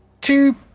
two